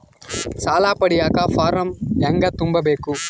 ಸಾಲ ಪಡಿಯಕ ಫಾರಂ ಹೆಂಗ ತುಂಬಬೇಕು?